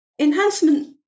enhancement